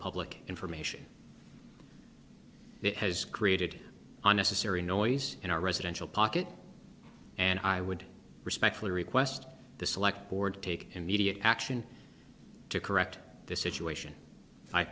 public information that has created a necessary noise in our residential pocket and i would respectfully request the select board to take immediate action to correct this situation i